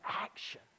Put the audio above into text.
action